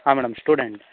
ಹಾಂ madam student